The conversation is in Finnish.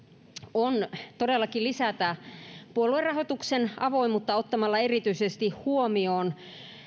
on todellakin lisätä puoluerahoituksen avoimuutta ottamalla erityisesti huomioon